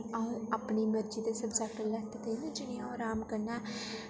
अ'ऊं अपनी मर्जी दे सब्जैक्ट लैत्ते दे न जि'नेंगी अ'ऊं अराम कन्नै